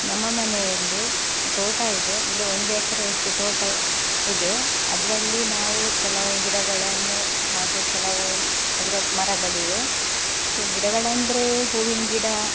ನಮ್ಮ ಮನೆಯಲ್ಲಿ ತೋಟ ಇದೆ ಅಂದರೆ ಒಂದು ಎಕ್ರೆ ಅಷ್ಟು ತೋಟ ಇದೆ ಅದರಲ್ಲಿ ನಾವು ಕೆಲವು ಗಿಡಗಳನ್ನು ಹಾಗು ಕೆಲವೂ ಆದ್ರೆ ಮರಗಳಿವೆ ಸೊ ಗಿಡಗಳಂದರೆ ಹೂವಿನ ಗಿಡ